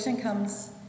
comes